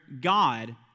God